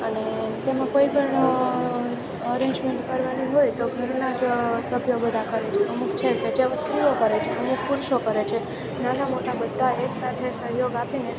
અને તેમાં કોઈ પણ અરેન્જમેન્ટ કરવાની હોય તો ઘરનાં જ સભ્યો બધાં કરે છે અમુક છેકે જે વસ્તુઓ કરે છે અમુક ખુરસીઓ કરે છે નાના મોટા બધાં એક સાથે સહયોગ આપીને